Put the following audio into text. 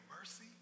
mercy